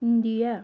India